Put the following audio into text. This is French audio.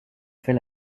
fait